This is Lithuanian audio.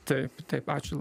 taip taip ačiū